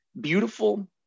beautiful